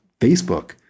Facebook